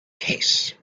case